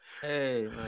Hey